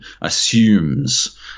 assumes